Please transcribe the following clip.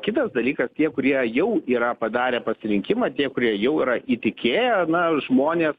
kitas dalykas tie kurie jau yra padarę pasirinkimą tie kurie jau yra įtikėję na žmonės